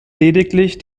lediglich